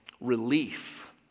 relief